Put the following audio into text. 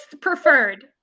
preferred